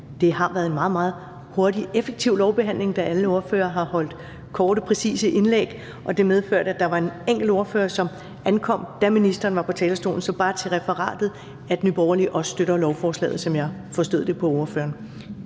det har været en meget, meget hurtig og effektiv lovbehandling, da alle ordførerne har holdt korte og præcise indlæg. Det medførte, at der var en enkelt ordfører, som ankom, da ministeren var på talerstolen. Så bare til referatet: Nye Borgerlige støtter også lovforslaget, sådan som jeg forstod det på ordføreren.